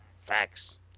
Facts